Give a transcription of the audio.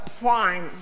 prime